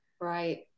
right